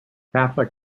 catholic